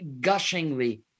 gushingly